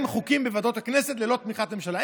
חוקים בוועדות הכנסת ללא תמיכת ממשלה,